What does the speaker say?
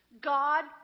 God